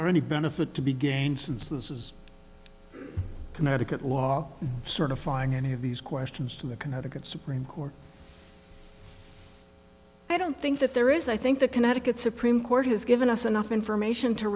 there any benefit to be gained since connecticut law certifying any of these questions to the connecticut supreme court i don't think that there is i think the connecticut supreme court has given us enough information to